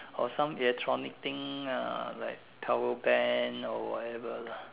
or some electronic thing ah like power bank or whatever lah